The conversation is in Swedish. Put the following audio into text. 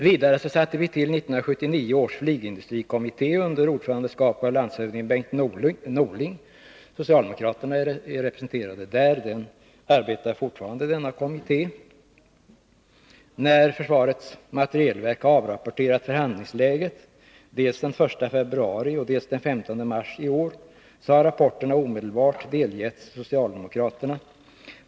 Vidare tillsatte vi 1979 års flygindustrikommitté under ordförandeskap av landshövding Bengt Norling. Socialdemokraterna är representerade där. Den kommittén arbetar fortfarande. När försvarets materielverk avrapporterat förhandlingsläget, dels den 1 februari, dels den 15 mars i år, har rapporterna omedelbart delgivits socialdemokraterna.